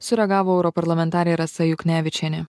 sureagavo europarlamentarė rasa juknevičienė